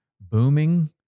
booming